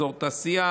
אזור תעשייה,